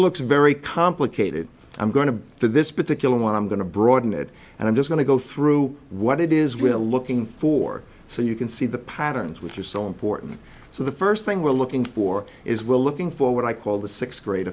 looks very complicated i'm going to this particular want him going to broaden it and i'm just going to go through what it is we're looking for so you can see the patterns which are so important so the first thing we're looking for is we're looking for what i call the sixth grade